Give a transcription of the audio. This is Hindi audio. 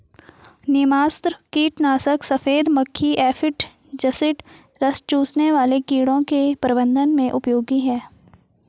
नीमास्त्र कीटनाशक सफेद मक्खी एफिड जसीड रस चूसने वाले कीड़ों के प्रबंधन में उपयोगी है